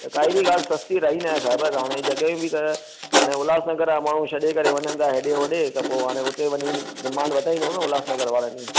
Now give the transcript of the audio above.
काई बि ॻाल्हि सस्ती रही नाहे दादा हाणे जॾहिं बि त हाणे उल्हासनगर जा माण्हू छॾे करे वञनि था हेॾे होॾे त पोइ हाणे हुते वञी डिमांड वधाईंदो न उल्हासनगर वारनि जी